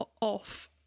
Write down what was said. off